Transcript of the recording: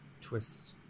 twist